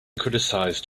criticized